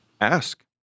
ask